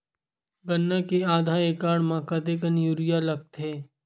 गन्ना के आधा एकड़ म कतेकन यूरिया लगथे?